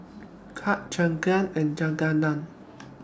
Kurt Jadyn and Keagan